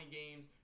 games